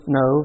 no